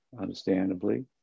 understandably